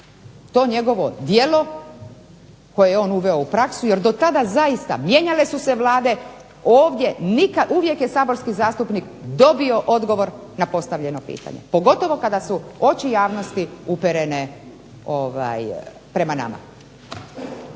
to njegovo djelo koje je on uveo u praksu jer do tada zaista mijenjale su se vlade, ovdje uvijek je saborski zastupnik dobio odgovor na postavljeno pitanje. Pogotovo kada su oči javnosti uperene prema nama.